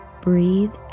breathe